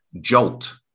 jolt